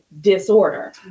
disorder